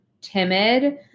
timid